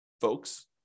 folks